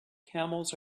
camels